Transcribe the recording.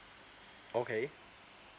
okay